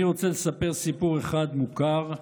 אני רוצה לספר סיפור אחד מוכר,